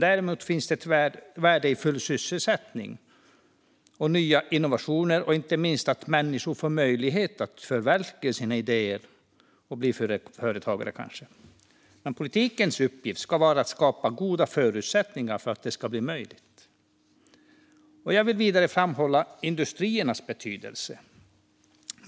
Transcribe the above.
Däremot finns det ett värde i full sysselsättning, nya innovationer och inte minst att människor får möjlighet att förverkliga sina idéer och kanske bli företagare. Politikens uppgift ska vara att skapa goda förutsättningar för att det ska bli möjligt. Jag vill vidare framhålla industriernas betydelse.